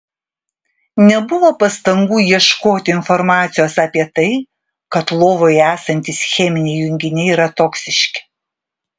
nebuvo pastangų ieškoti informacijos apie tai kad lovoje esantys cheminiai junginiai yra toksiški